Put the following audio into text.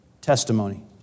testimony